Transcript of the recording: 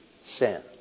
sin